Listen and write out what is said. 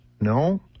no